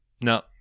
no